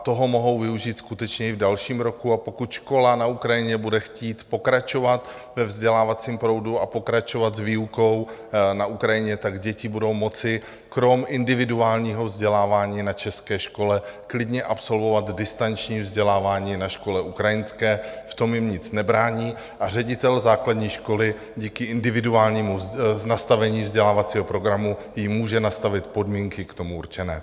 Toho mohou využít skutečně i v dalším roce, a pokud škola na Ukrajině bude chtít pokračovat ve vzdělávacím proudu a pokračovat s výukou na Ukrajině, tak děti budou moci kromě individuálního vzdělávání na české škole klidně absolvovat distanční vzdělávání na škole ukrajinské, v tom jim nic nebrání, a ředitel základní školy díky individuálnímu nastavení vzdělávacího programu jim může nastavit podmínky k tomu určené.